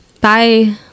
bye